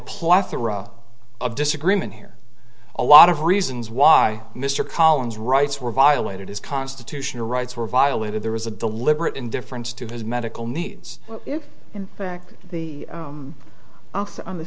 plethora of disagreement here a lot of reasons why mr collins rights were violated his constitutional rights were violated there was a deliberate indifference to his medical needs in the oath on the